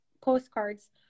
postcards